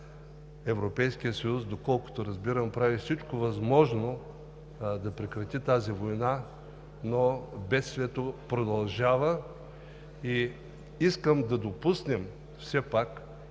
Европейският съюз, доколкото разбирам, прави всичко възможно да прекрати тази война, но бедствието продължава. И искам да допуснем, все пак